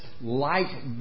light